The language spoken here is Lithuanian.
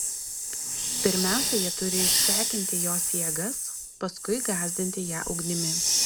pirmiausia jie turi išsekinti jos jėgas paskui gąsdinti ją ugnimi